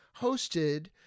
hosted